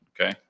Okay